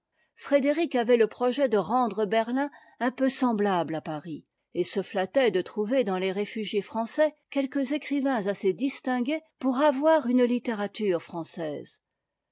avait le projet de rendre berlin un peu semblable à paris et se flattait de trouver dans les réfugiés français quelques écrivains assez distingués pour avoir une littérature française